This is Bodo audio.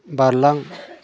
बारलां